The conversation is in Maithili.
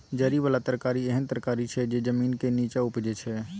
जरि बला तरकारी एहन तरकारी छै जे जमीनक नींच्चाँ उपजै छै